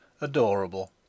adorable